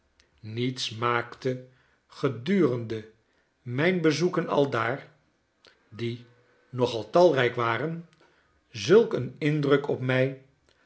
niets maakte gedurende mijne bezoeken aldaar die nogal talrijk waren zulk een indruk op mij